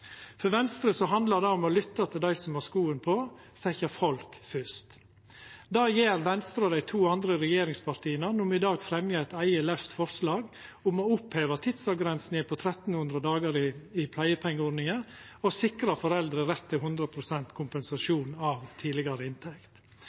For Venstre handlar det om å lytta til dei som har skoen på, og å setja folk fyrst. Det gjer Venstre og dei to andre regjeringspartia når me i dag fremjar eit forslag om å oppheva tidsavgrensinga på 1 300 dagar i pleiepengeordninga og sikra foreldre rett til